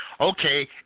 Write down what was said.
okay